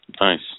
Nice